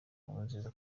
nkurunziza